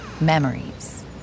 Memories